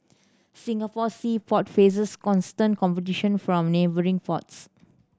Singapore sea port faces constant competition from neighbouring ports